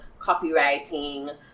copywriting